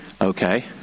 Okay